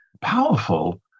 powerful